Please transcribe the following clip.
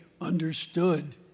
understood